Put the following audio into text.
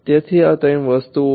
તેથી આ ત્રણ વસ્તુઓ છે